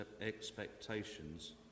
expectations